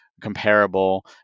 comparable